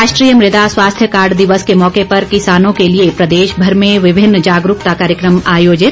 राष्ट्रीय मृदा स्वास्थ्य कार्ड दिवस के मौके पर किसानों के लिए प्रदेशभर में विभिन्न जागरूकता कार्यक्रम आयोजित